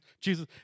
Jesus